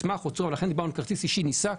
לכן דיברנו על כרטיס אישי נישא,